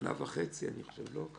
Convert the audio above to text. שנה וחצי, לא?